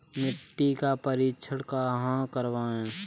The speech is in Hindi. मिट्टी का परीक्षण कहाँ करवाएँ?